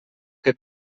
que